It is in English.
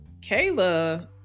kayla